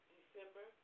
December